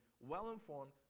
well-informed